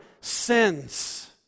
sins